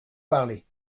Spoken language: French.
parler